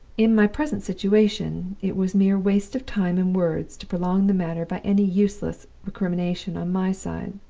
in my present situation, it was mere waste of time and words to prolong the matter by any useless recrimination on my side.